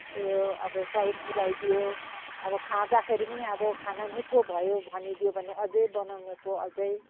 यो अब सहयोग पुऱ्याइदियो अब खाँदाखेरि पनि अब खाना मिठो भयो भनिदियो भने अझै बनाउनेको अझै